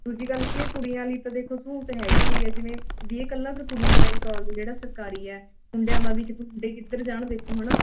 ਦੂਜੀ ਗੱਲ ਕੀ ਹੈ ਕੁੜੀਆਂ ਲਈ ਤਾਂ ਦੇਖੋ ਸਹੂਲਤ ਹੈਗੀ ਓਈ ਹੈ ਜਿਵੇਂ ਵੀ ਇਹ ਇਕੱਲਾ ਫਿਰ ਕੁੜੀਆਂ ਦਾ ਹੀ ਕੋਲਜ ਜਿਹੜਾ ਸਰਕਾਰੀ ਹੈ ਮੁੰਡਿਆਂ ਦਾ ਵੀ ਮੁੰਡੇ ਕਿੱਧਰ ਜਾਣ ਦੇਖੋ ਹੈ ਨਾ